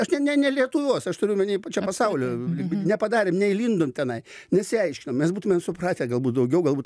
aš ne ne ne lietuvos aš turiu omeny pačio pasaulio nepadarėm neįlindom tenai nesiaiškinom mes būtumėm supratę galbūt daugiau galbūt